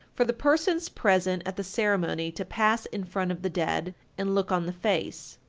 for the persons present at the ceremony to pass in front of the dead, and look on the face.